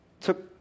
took